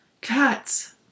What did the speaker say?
Cats